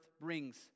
brings